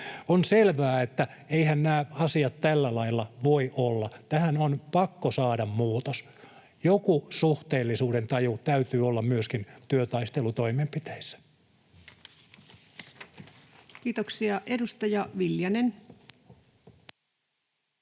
On selvää, että eiväthän nämä asiat tällä lailla voi olla. Tähän on pakko saada muutos. Joku suhteellisuudentaju täytyy olla myöskin työtaistelutoimenpiteissä. [Speech 149] Speaker: